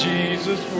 Jesus